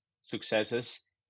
successes